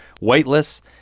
weightless